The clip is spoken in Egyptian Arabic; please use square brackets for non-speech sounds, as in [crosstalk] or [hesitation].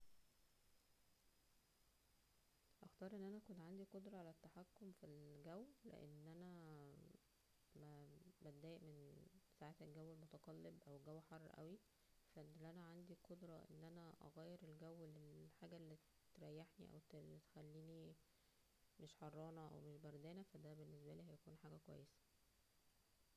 اختار ان انا اكون عندى قدرة على التحكم ف- فى الجو, لان انا [hesitation] ب- بضايق من ساعات الجو المتقلب او الجو حر اوى, فا ان انا عندى القدرة اغير الجو للحاجة اللى تريحنىاو تخلينى مش حرانة او مش بردانة دا هبكون حاجة كويسة